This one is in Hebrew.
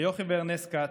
ליוכי וארנסט כץ,